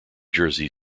jersey